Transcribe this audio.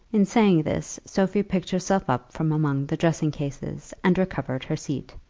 in saying this, sophie picked herself up from among the dressing-cases, and recovered her seat.